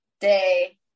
Day